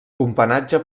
companatge